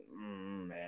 man